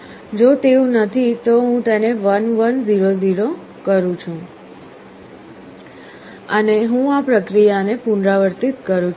જો તેવું નથી તો હું તેને 1 1 0 0 બનાવું છું અને હું આ પ્રક્રિયાને પુનરાવર્તિત કરું છું